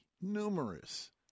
numerous